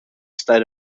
state